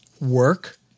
work